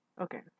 okay